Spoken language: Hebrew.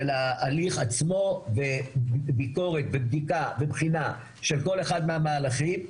ההליך עצמו וביקורת ובדיקה ובחינה של כל אחד מהמהלכים,